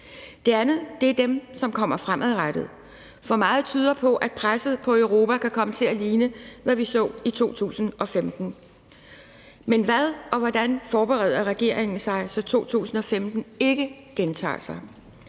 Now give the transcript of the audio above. Det andet handler om dem, der kommer fremadrettet, for meget tyder på, at presset på Europa kan komme til at ligne, hvad vi så i 2015. Men på hvad og hvordan forbereder regeringen sig, så 2015 ikke gentager sig?